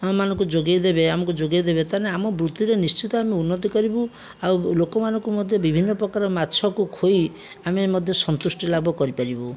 ଆମମାନଙ୍କୁ ଯୋଗାଇ ଦେବେ ଆମକୁ ଯୋଗାଇ ଦେବେ ତାହେଲେ ଆମ ବୃତ୍ତିରେ ନିଶ୍ଚିନ୍ତ ଆମେ ଉନ୍ନତି କରିବୁ ଆଉ ଲୋକମାନଙ୍କୁ ମଧ୍ୟ ବିଭିନ୍ନପ୍ରକାର ମାଛକୁ ଖୋଇ ଆମେ ମଧ୍ୟ ସନ୍ତୁଷ୍ଟି ଲାଭ କରିପାରିବୁ